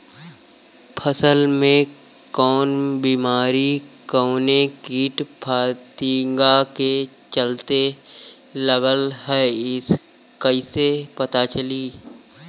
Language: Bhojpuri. फसल में कवन बेमारी कवने कीट फतिंगा के चलते लगल ह कइसे पता चली?